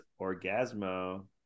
Orgasmo